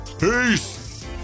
Peace